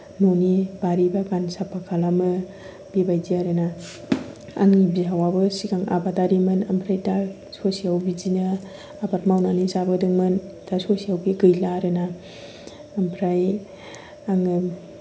न'नि बारि बागान साफा खालामो बिबायदि आरो ना आनि बिहावाबो सिगां आबादारिमोन ओमफ्राय दा ससेयाव बिदिनो आबाद मावनानै जाबोदोंमोन दा ससेयाव बे गैलिया आरो ना ओमफ्राय आङो